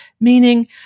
Meaning